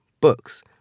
books